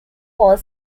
called